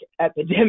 epidemic